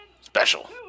special